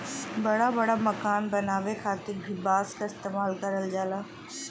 बड़ा बड़ा मकान बनावे खातिर भी बांस क इस्तेमाल करल जाला